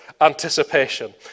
anticipation